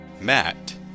Matt